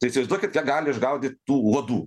tai įsivaizduokit kiek gali išgaudyt tų uodų